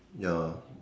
ya